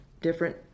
different